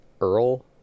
Earl